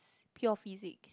pure physics